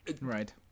Right